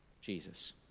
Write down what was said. Jesus